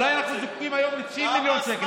אולי אנחנו זקוקים היום ל-90 מיליון שקל,